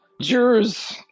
Jurors